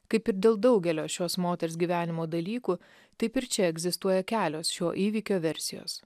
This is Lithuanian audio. kaip ir dėl daugelio šios moters gyvenimo dalykų taip ir čia egzistuoja kelios šio įvykio versijos